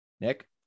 nick